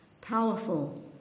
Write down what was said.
Powerful